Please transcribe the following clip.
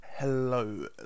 Hello